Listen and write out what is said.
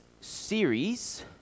series